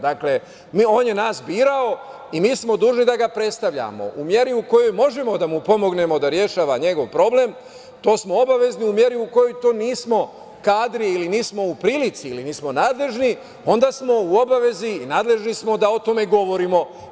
Dakle, on je nas birao i mi smo dužni da ga predstavljamo, u meri u kojoj možemo da mu pomognemo da rešava svoj problem, to smo obavezni u meri u kojoj to nismo kadri ili nismo u prilici ili nismo nadležni, onda smo u obavezi i nadležni smo da o tome govorimo.